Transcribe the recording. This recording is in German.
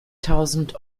tausend